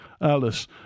Alice